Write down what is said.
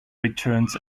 returns